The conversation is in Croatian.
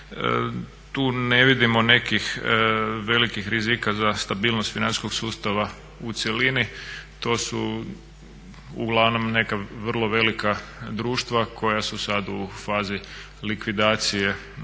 Tu ne vidimo nekih velikih rizika za stabilnost financijskog sustava u cjelini, to su uglavnom neka vrlo velika društva koja su sad u fazi likvidacije